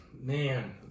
man